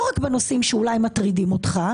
לא רק בנושאים שאולי מטרידים אותך.